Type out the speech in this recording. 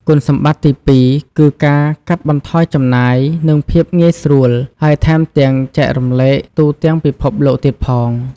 គុណសម្បត្តិទីពីរគឺ ការកាត់បន្ថយចំណាយនិងភាពងាយស្រួល ហើយថែមទាំងចែករំលែកទូទាំងពិភពលោកទៀតផង។